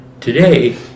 today